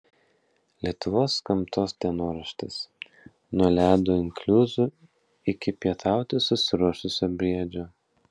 lietuvos gamtos dienoraštis nuo ledo inkliuzų iki pietauti susiruošusio briedžio